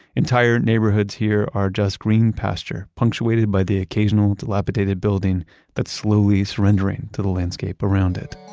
entire neighborhoods here are just green pasture, punctuated by the occasional dilapidated building that's slowly surrendering to the landscape around it.